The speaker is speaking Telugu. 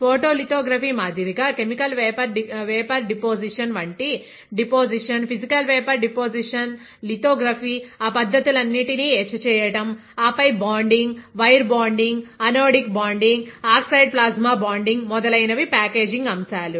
ఫోటోలితోగ్రఫీ మాదిరిగా కెమికల్ వేపర్ డిపోసిషన్వంటి deposition physical vapour deposition lithography ఆ పద్ధతులన్నింటినీ ఎచ్ చేయడం ఆపై బాండింగ్ వైర్ బాండింగ్ అనోడిక్ బాండింగ్ఆక్సైడ్ ప్లాస్మా బాండింగ్ మొదలైనవి ప్యాకేజింగ్ అంశాలు